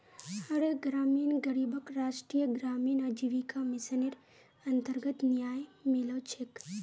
हर एक ग्रामीण गरीबक राष्ट्रीय ग्रामीण आजीविका मिशनेर अन्तर्गत न्याय मिलो छेक